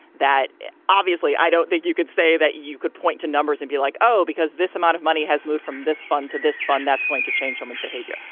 that obviously i don't think you could say that you could point to numbers and be like, oh, because this amount of money has moved from this fund to this fund that's going to change someone's behavior.